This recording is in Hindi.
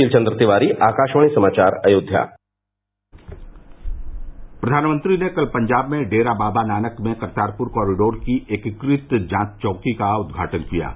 सुशील चंद्र तिवारी आकाशवाणी समाचार अयोध्या प्रधानमंत्री ने कल पंजाब में डेरा बाबा नानक में करतारपुर कॉरिडोर की एकीकृत जांच चौकी का उद्घाटन किया